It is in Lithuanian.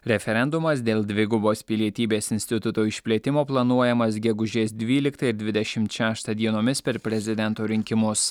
referendumas dėl dvigubos pilietybės instituto išplėtimo planuojamas gegužės dvyliktą ir dvidešimt šeštą dienomis per prezidento rinkimus